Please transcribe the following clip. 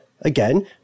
again